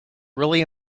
really